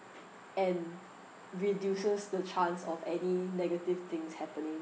and reduces the chance of any negative things happening